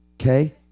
okay